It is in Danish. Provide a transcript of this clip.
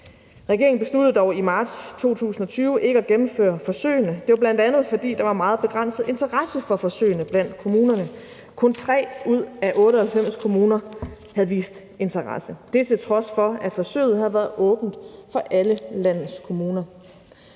Regeringen besluttede dog i marts 2020 ikke at gennemføre forsøgene. Det var bl.a., fordi der var meget begrænset interesse for forsøgene blandt kommunerne. Kun 3 ud af 98 kommuner havde vist interesse – det, til trods for at forsøget havde været åbent for alle landets kommuner.